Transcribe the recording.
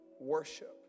worship